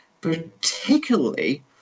particularly